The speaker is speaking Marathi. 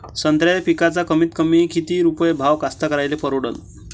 संत्र्याचा पिकाचा कमीतकमी किती रुपये भाव कास्तकाराइले परवडन?